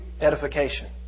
edification